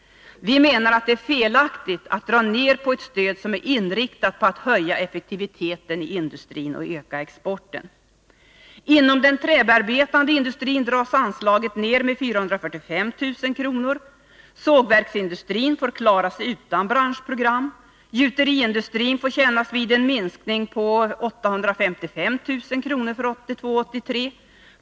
Vi menar att det är fel att dra ned på ett stöd som är inriktat på att höja effektiviteten i industrin och öka exporten. Inom den träbearbetande industrin dras anslaget ned med 445 000 kr. Sågverksindustrin får klara sig utan branschprogram. Gjuteriindustrin får kännas vid en minskning med 855 000 kr. för 1982/83.